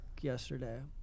yesterday